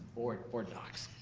board board docs.